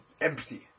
Empty